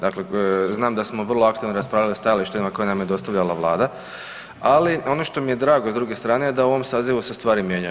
Dakle, znam da smo vrlo aktivno raspravljali o stajalištima koje nam je stavljala Vlada, ali ono što mi je drago s druge strane, da u ovom sazivu se stvari mijenjaju.